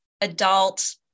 adult